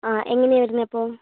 ആ എങ്ങനെയാണ് വരുന്നത് അപ്പോൾ